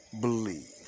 believe